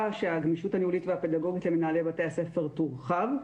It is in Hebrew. שהגמישות הניהולית והפדגוגית למנהלי בתי הספר תורחב,